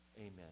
Amen